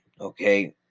Okay